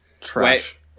trash